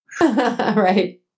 Right